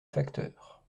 facteurs